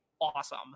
awesome